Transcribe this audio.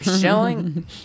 showing